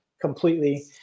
completely